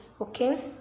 okay